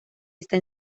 está